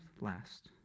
last